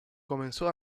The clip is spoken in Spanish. comenzó